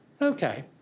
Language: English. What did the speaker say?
Okay